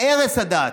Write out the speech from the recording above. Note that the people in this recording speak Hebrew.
להרס הדת,